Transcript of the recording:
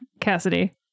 Cassidy